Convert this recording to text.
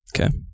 Okay